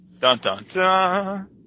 Dun-dun-dun